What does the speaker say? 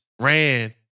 ran